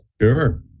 Sure